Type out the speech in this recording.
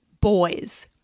Boys